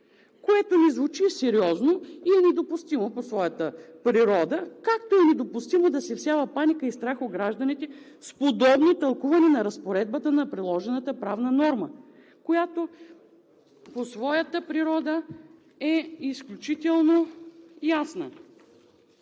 което не звучи сериозно и е недопустимо по своята природа, както е недопустимо да се всява паника и страх в гражданите с подобно тълкуване на разпоредбата на приложената правна норма, която по своята природа е изключително ясна,